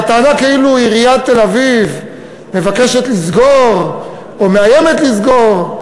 הטענה כאילו עיריית תל-אביב מבקשת לסגור או מאיימת לסגור,